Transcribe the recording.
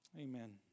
Amen